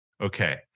okay